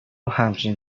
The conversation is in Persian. همچین